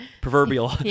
proverbial